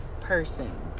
person